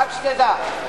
רק שתדע.